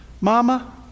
Mama